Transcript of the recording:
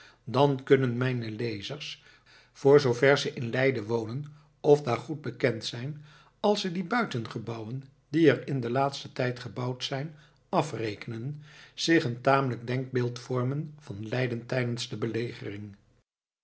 dan kunnen mijne lezers voor zoover ze in leiden wonen of daar goed bekend zijn als ze die buiten gebouwen die er in den laatsten tijd gebouwd zijn afrekenen zich een tamelijk denkbeeld vormen van leiden tijdens de belegering